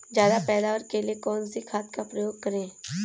ज्यादा पैदावार के लिए कौन सी खाद का प्रयोग करें?